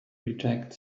reject